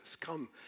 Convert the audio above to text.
come